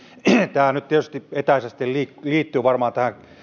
tämä nyt tietysti etäisesti liittyy varmaan tähän